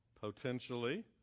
potentially